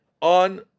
on